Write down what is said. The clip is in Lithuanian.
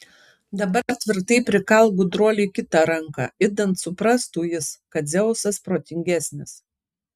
dabar tvirtai prikalk gudruoliui kitą ranką idant suprastų jis kad dzeusas protingesnis